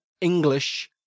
English